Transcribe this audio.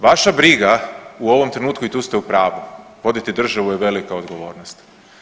Vaša briga u ovom trenutku, i to ste u pravu, voditi državu je velika odgovornost.